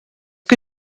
que